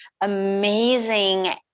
amazing